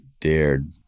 dared